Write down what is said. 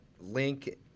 link